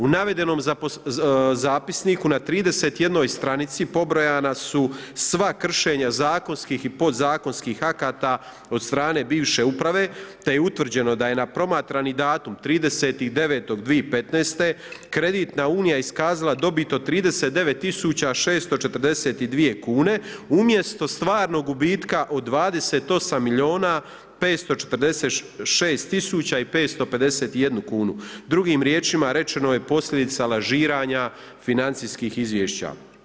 U navedenom zapisniku na 31 stranici pobrojana su sva kršenja zakonskih i podzakonskih akata od strane bivše uprave te je utvrđeno na promatrani datum 30.9.2015. kreditna unija iskazala dobit od 39.642 kune umjesto stvarnog gubitka od 28 milijuna 546 tisuća i 551 kunu, drugim riječima rečeno je od posljedica lažiranja financijskih izvješća.